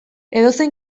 edozein